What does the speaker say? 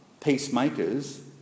peacemakers